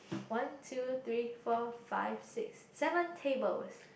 one two three four five six seven tables